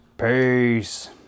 Peace